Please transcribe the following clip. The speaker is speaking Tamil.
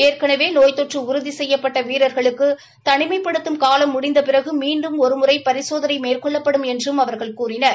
ஏற்கனவே நோய்த் தொற்று உறுதி செய்யப்பட்ட வீரர்களுக்கு தனிமைப்படுத்தும் காலம் முடிந்த பிறகு மீண்டும் ஒருமுறை பரிசோதனை மேற்கொள்ளப்படும் என்றும் அவர்கள் கூறினர்